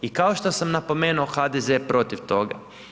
I kao što sam napomenuo HDZ je protiv toga.